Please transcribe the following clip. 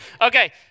Okay